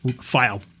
file